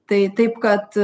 tai taip kad